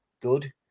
Good